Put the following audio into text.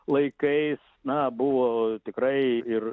laikais na buvo tikrai ir